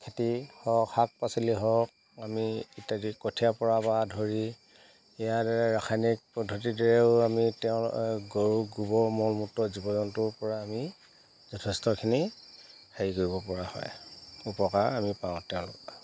খেতি হওক শাক পাচলি হওক আমি ইত্যাদি কঠীয়া পৰাৰপৰা ধৰি ইয়াৰ দ্বাৰাই ৰাসায়নিক পদ্ধতিৰ দ্বাৰাইও আমি তেওঁ গৰু গোবৰ মল মূত্ৰ জীৱ জন্তুৰ পৰা আমি যথেষ্টখিনি হেৰি কৰিব পৰা হয় উপকাৰ আমি পাওঁ তেওঁলোকৰ